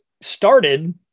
started